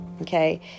Okay